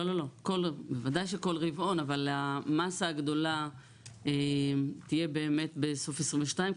בוודאי שכל רבעון אבל המסה הגדולה תהיה באמת בסוף 2022,